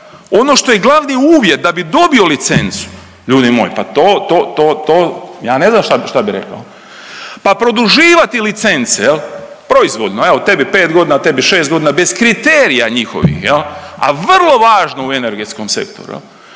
Ono što je glavni uvjet da bi dobili licencu, ljudi moji pa to, to, to, to ja ne znam što bih rekao. Pa produživati licence, proizvoljno evo tebi 5 godina, tebi 6 godina bez kriterija njihovih a vrlo važno u energetskom sektoru,